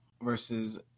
Versus